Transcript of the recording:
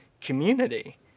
community